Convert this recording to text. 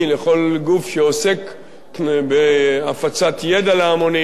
לכל גוף שעוסק בהפצת ידע להמונים,